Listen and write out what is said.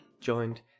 joined